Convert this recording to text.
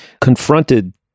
confronted